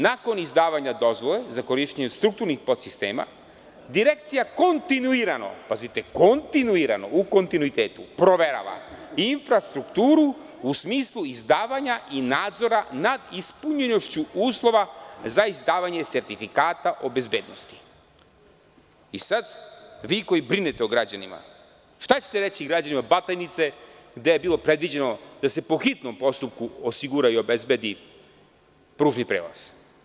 Nakon izdavanja dozvole za korišćenje strukturnih podsistema Direkcija kontinuirano proverava infrastrukturu u smislu izdavanja i nadzora nad ispunjenošću uslova za izdavanje sertifikata o bezbednosti.“ Vi koji brinete o građanima, šta ćete reći građanima Batajnice, gde je bilo predviđeno da se po hitnom postupku osigura i obezbedi pružni prelaz?